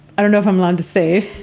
i don't know if i'm allowed to say,